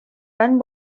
tant